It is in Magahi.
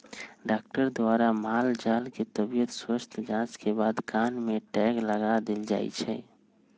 डाक्टर द्वारा माल जाल के तबियत स्वस्थ जांच के बाद कान में टैग लगा देल जाय छै